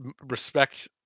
respect